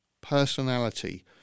personality